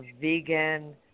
vegan